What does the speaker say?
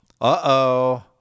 Uh-oh